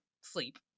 sleep